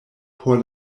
por